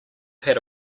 have